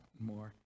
more